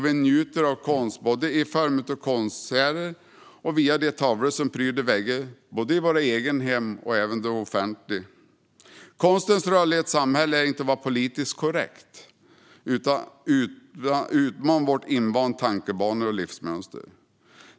Vi njuter av konst både i form av konserter och via de tavlor som pryder väggar i våra egna hem såväl som i det offentliga. Konstens roll i ett samhälle är inte att vara politiskt korrekt utan att utmana våra invanda tankebanor och livsmönster.